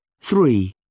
three